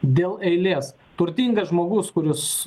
dėl eilės turtingas žmogus kuris